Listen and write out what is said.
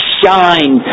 shine